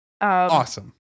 awesome